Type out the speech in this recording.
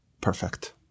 perfect